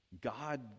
God